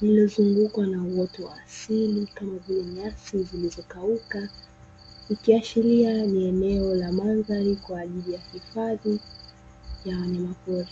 lililozungukwa na uoto wa asili wenye nyasi zilizokauka ikiashiria ni eneo la mandhari kwa ajili ya hifadhi ya wanyama pori.